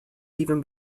even